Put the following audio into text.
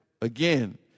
again